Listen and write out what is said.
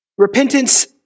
Repentance